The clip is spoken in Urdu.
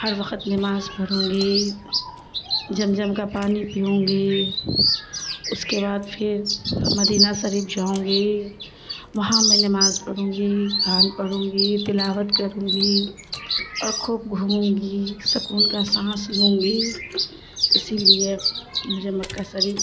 ہر وخت نماز پڑھوں گی زمزم کا پانی پیوں گی اس کے بعد پھر مدینہ شریف جاؤں گی وہاں میں نماز پڑھوں گی قران پڑھوں گی تلاوت کروں گی اور خوب گھوموں گی سکون کا سانس لوں گی اسی لیے میں جب مکہ شریف